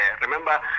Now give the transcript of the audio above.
Remember